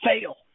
fail